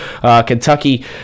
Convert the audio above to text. Kentucky